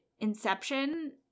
inception